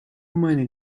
many